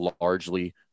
largely